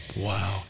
Wow